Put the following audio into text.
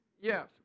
Yes